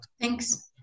thanks